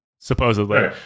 Supposedly